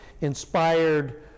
inspired